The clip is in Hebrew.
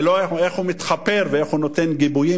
ולא איך הוא מתחפר ואיך הוא נותן גיבויים,